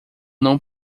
não